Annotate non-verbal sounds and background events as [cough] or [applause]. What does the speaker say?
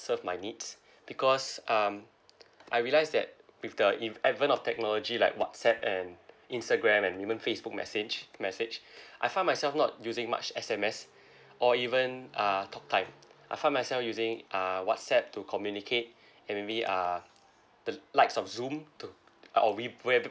serve my needs because um I realised that with the with advent of technology like whatsapp and instagram and even facebook messenge~ message [breath] I find myself not using much S_M_S [breath] or even uh talk time I find myself using uh whatsapp to communicate [breath] and maybe uh the likes of zoom to uh or we~ web~